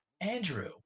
andrew